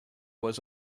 was